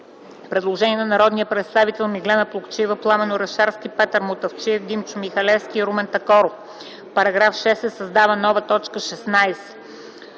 Предложение от народните представители Меглена Плугчиева, Пламен Орешарски, Петър Мутафчиев, Димчо Михалевски и Румен Такоров – в § 6 се създава нова т. 16: